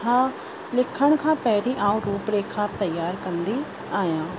हा लिखण खां पहिरीं आऊं रुपरेखा तयारु कंदी आहियां